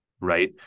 right